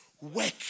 work